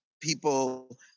people